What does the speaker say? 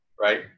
right